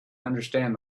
understand